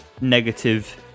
negative